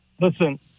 Listen